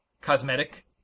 cosmetic